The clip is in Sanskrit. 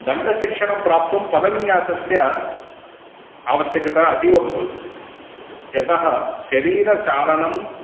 दण्डशिक्षणं प्राप्तुं पदविन्यासस्य आवश्यकता अतीव भवति यतः शरीरचालनं